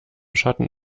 schatten